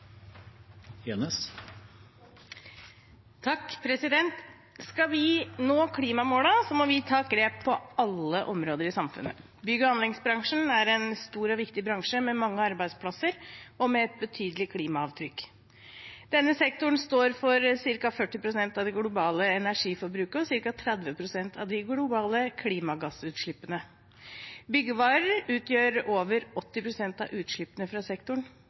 Skal vi nå klimamålene, må vi ta grep på alle områder i samfunnet. Bygg- og anleggsbransjen er en stor og viktig bransje med mange arbeidsplasser og med et betydelig klimaavtrykk. Denne sektoren står for ca. 40 pst. av det globale energiforbruket og ca. 30 pst. av de globale klimagassutslippene. Byggevarer utgjør over 80 pst. av utslippene fra sektoren.